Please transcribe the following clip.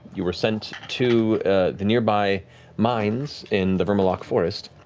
you were sent to the nearby mines in the vermaloc forest,